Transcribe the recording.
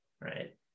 right